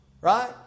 right